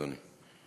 אדוני.